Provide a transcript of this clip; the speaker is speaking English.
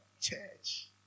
Church